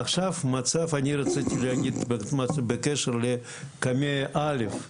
עכשיו אני רציתי להגיד בקשר לקמ"ע א'.